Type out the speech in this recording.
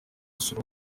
sura